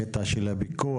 הקטע של הפיקוח,